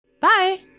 Bye